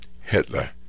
Hitler